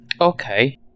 okay